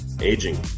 aging